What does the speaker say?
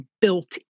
built